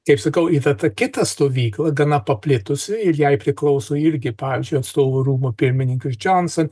kaip sakau yra ta kita stovykla gana paplitusi ir jai priklauso irgi pavyzdžiui atstovų rūmų pirmininkas džonson